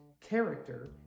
character